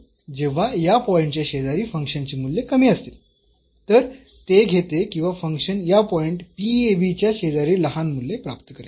जेव्हा या पॉईंटच्या शेजारी फंक्शनची मूल्ये कमी असतील तर ते घेते किंवा फंक्शन या पॉईंट च्या शेजारी लहान मूल्ये प्राप्त करेल